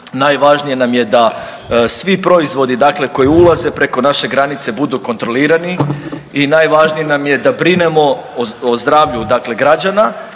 najvažnije nam je da svi proizvodi dakle koji ulaze preko naše granice budu kontrolirani i najvažnije nam je da brinemo o zdravlju dakle